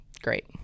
great